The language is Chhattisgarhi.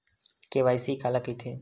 के.वाई.सी काला कइथे?